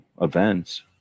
events